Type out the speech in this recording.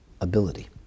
ability